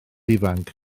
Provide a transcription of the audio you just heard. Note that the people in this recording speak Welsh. ifanc